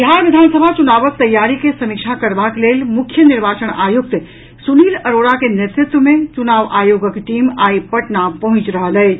बिहार विधानसभा चुनावक तैयारी के समीक्षा करबाक लेल मुख्य निर्वाचन आयुक्त सुनील अरोड़ा के नेतृत्व मे चुनाव आयोगक टीम आई पटना पहुंचि रहल अछि